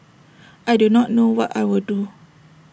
I do not know what I will do